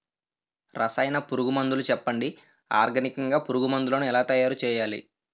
రసాయన పురుగు మందులు చెప్పండి? ఆర్గనికంగ పురుగు మందులను ఎలా తయారు చేయాలి?